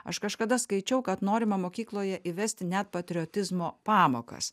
aš kažkada skaičiau kad norima mokykloje įvesti net patriotizmo pamokas